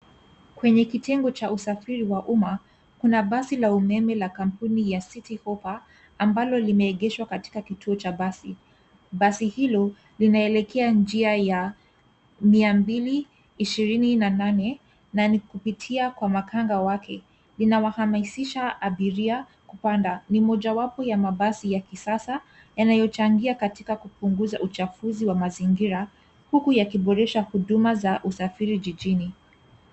Kwenye kitengo cha usafiri wa umma, kuna basi la umeme la kampuni ya City Hoppa ambalo limeegeshwa katika kituo cha basi. Basi hilo linaelekea njia ya 228 na ni kupitia kwa makanga wake linawahamasisha abiria kupanda. Ni mojawapo ya mabasi ya kisasa yanayochangia katika kupunguza uchafuzi wa mazingira huku yakiboresha huduma za usafiri jijini.